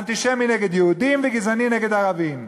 אנטישמי נגד יהודים וגזעני נגד הערבים.